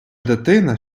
дитина